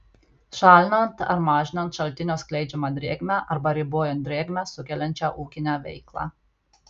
šalinant ar mažinant šaltinio skleidžiamą drėgmę arba ribojant drėgmę sukeliančią ūkinę veiklą